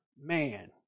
man